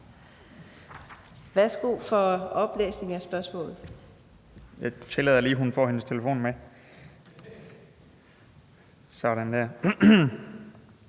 Værsgo for oplæsning af spørgsmålet.